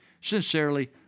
Sincerely